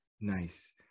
nice